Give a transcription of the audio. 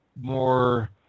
more